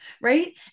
Right